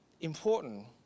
important